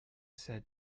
said